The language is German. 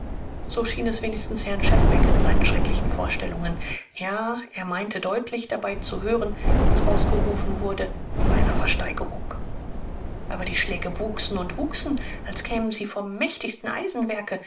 so schien es wenigstens herrn schefbeck in seinen schrecklichen vorstellungen ja er meinte deutlich dabei zu hören daß ausgerufen wurde wie bei einer versteigerung aber die schläge wuchsen und wuchsen als kämen sie vom mächtigsten eisenwerke